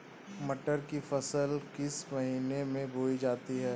मटर की फसल किस महीने में बोई जाती है?